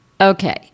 Okay